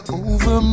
over